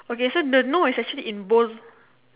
okay so the no is actually in bold